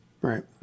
Right